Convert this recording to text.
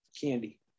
candy